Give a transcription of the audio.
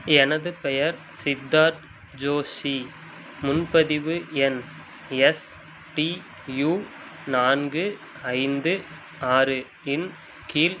எனது பெயர் சித்தார்த் ஜோஷி முன்பதிவு எண் எஸ்டியு நான்கு ஐந்து ஆறு இன் கீழ்